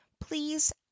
please